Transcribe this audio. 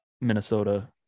Minnesota